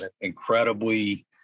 incredibly